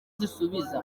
zisubiza